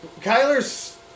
Kyler's